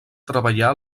treballar